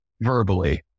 verbally